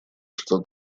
что